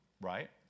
Right